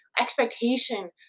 expectation